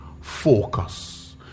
Focus